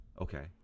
okay